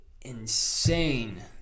insane